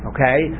Okay